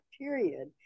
period